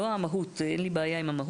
לא המהות, אין לי בעיה עם המהות